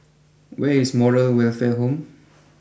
where is Moral Welfare Home